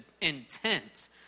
intent